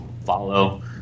follow